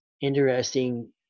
interesting